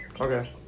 Okay